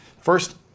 first